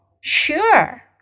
Sure